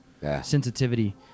sensitivity